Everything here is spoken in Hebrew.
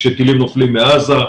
כאשר טילים נופלים מעזה,